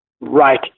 right